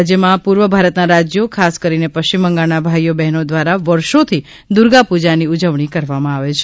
રાજ્યમાં પૂર્વ ભારતના રાજ્યો ખાસ કરીને પશ્ચિમ બંગાળના ભાઈઓ બહેનો દ્વારા વર્ષોથી દુર્ગાપૂજાની ઉજવણી કરવામાં આવે છે